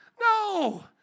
No